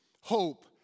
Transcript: hope